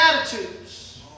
attitudes